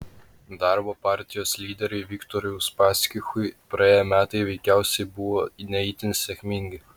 darbo partijos lyderiui viktorui uspaskichui praėję metai veikiausiai buvo ne itin sėkmingi